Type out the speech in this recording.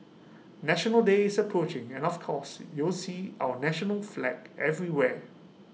National Day is approaching and of course you'll see our national flag everywhere